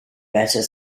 better